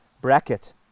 bracket